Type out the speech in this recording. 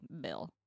Bill